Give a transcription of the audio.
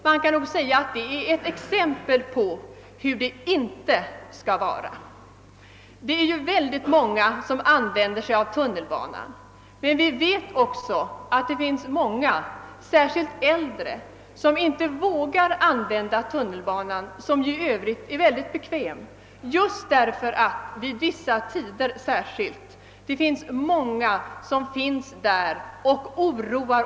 Man kan nog säga att förhållandena nere i tunnelbanestationerna utgör ett exempel på hur det inte skall vara. Många använder tunnelbanan, men vi vet också att det finns en del, särskilt äldre, som inte vågar använda den bekväma tunnelbanan just därför att det särskilt vid vissa tider finns element som oroar och stör.